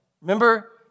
Remember